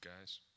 guys